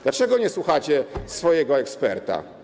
Dlaczego nie słuchacie swojego eksperta?